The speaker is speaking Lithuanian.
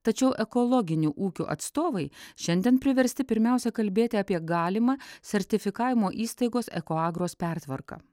tačiau ekologinių ūkių atstovai šiandien priversti pirmiausia kalbėti apie galimą sertifikavimo įstaigos ekoagros pertvarka